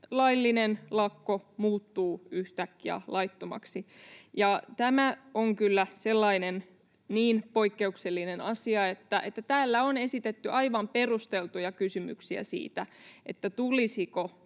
laillinen lakko muuttuu yhtäkkiä laittomaksi. Tämä on kyllä sellainen niin poikkeuksellinen asia, että täällä on esitetty aivan perusteltuja kysymyksiä siitä, tulisiko